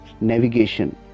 navigation